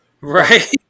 right